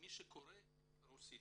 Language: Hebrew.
מי שקורא רוסית,